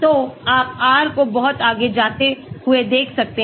तो आप R को बहुत आगे जाते हुए देख सकते हैं